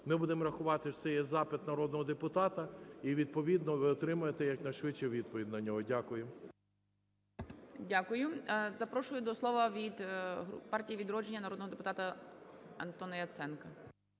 ми будемо рахувати, що це є запит народного депутата, і, відповідно, ви отримаємо якнайшвидше відповідь на нього. Дякую. ГОЛОВУЮЧИЙ. Дякую. Запрошую до слова від "Партії "Відродження" народного депутата Антона Яценко.